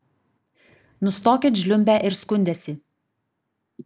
nustokit žliumbę ir skundęsi